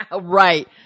Right